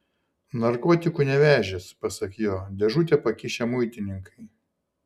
narkotikų nevežęs pasak jo dėžutę pakišę muitininkai